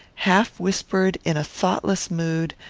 half whispered in a thoughtless mood,